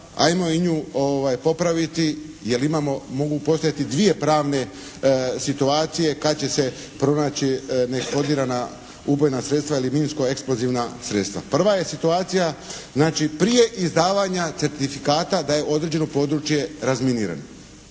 ajmo i nju popraviti jer imamo, mogu postojati dvije pravne situacije kada će se pronaći neeksplodirana ubojna sredstva ili minsko eksplozivna sredstva. Prva je situacija znači prije izdavanja certifikata da je određeno područje razminirano